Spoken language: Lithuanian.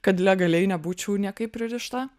kad legaliai nebūčiau niekaip pririšta